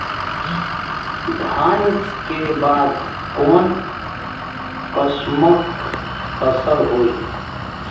धान के बाद कऊन कसमक फसल होई?